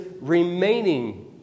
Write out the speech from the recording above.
remaining